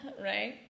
Right